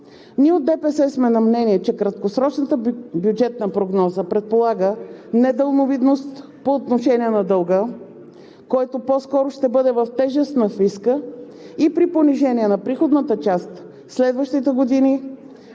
Ние от ДПС сме на мнение, че краткосрочната бюджетна прогноза предполага недалновидност по отношение на дълга, който по-скоро ще бъде в тежест на фиска, и при понижение на приходната част следващите години